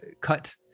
cut